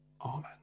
amen